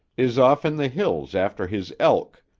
is off in the hills after his elk,